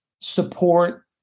support